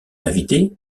invité